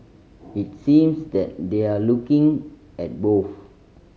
it seems that they're looking at both